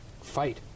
fight